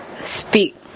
speak